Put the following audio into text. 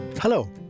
Hello